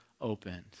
opened